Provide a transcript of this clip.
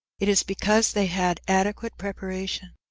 it is because they had adequate preparation.